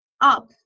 up